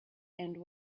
and